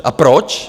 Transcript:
A proč?